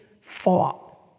fought